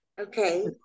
Okay